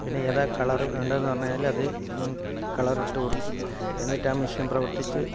പിന്നെ ഏതാ കളർ വേണ്ടതെന്ന് പറഞ്ഞാൽ അത് കളറിട്ടു കൊടുക്കും എന്നിട്ടാ മിഷൻ പ്രവർത്തിച്ച്